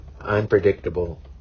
unpredictable